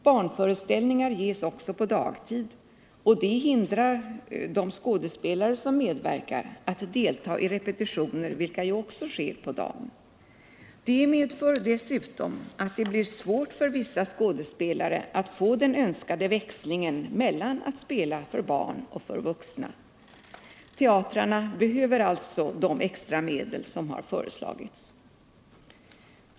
Barnföreställningar ges på dagtid, och det hindrar de skådespelare som medverkar att delta i repetitioner, vilka ju också sker på dagen. Detta medför dessutom att det blir svårt för vissa skådespelare att få den önskade växlingen mellan att spela för barn och för vuxna. Teatrarna behöver alltså de extra medel som har föreslagits.